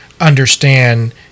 understand